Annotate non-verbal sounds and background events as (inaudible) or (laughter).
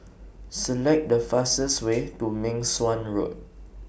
(noise) Select The fastest Way to Meng Suan Road